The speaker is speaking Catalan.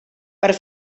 per